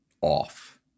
off